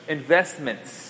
Investments